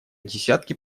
десятки